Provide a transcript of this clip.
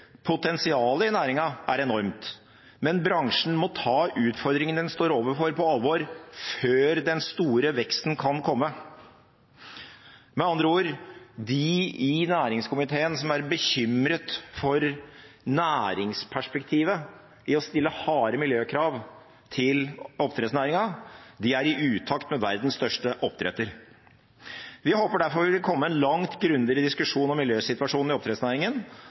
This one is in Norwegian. Potensialet i næringen er enormt, men bransjen må ta utfordringen den står overfor, på alvor før den store veksten kan komme. Med andre ord: De i næringskomiteen som er bekymret for næringsperspektivet i å stille harde miljøkrav til oppdrettsnæringen, er i utakt med verdens største oppdretter. Vi håper derfor det vil komme en langt grundigere diskusjon om miljøsituasjonen i oppdrettsnæringen